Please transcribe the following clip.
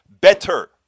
better